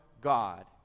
God